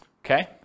okay